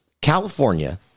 California